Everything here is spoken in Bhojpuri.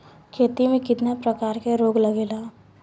खेती में कितना प्रकार के रोग लगेला?